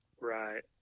Right